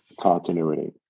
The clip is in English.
continuity